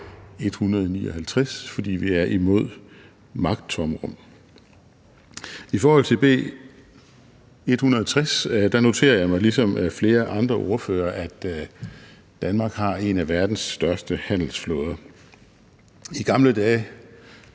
B 159, fordi vi er imod magttomrum. I forhold til B 160 noterer jeg mig ligesom flere andre ordførere, at Danmark har en af verdens største handelsflåder. I gamle dage